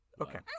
Okay